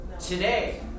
Today